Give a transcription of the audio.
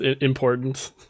important